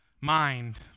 mind